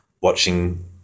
watching